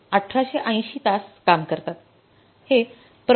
तर हे 1880 तास काम करतात